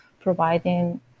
providing